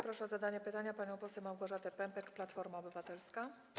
Proszę o zadanie pytania panią poseł Małgorzatę Pępek, Platforma Obywatelska.